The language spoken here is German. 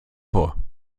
vor